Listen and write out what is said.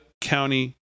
county